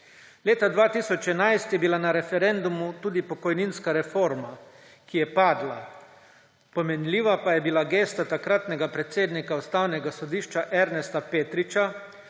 Leta 2011 je bila na referendumu tudi pokojninska reforma, ki je padla. Pomenljiva pa je bila gesta takratnega predsednika Ustavnega sodišča Ernesta Petriča,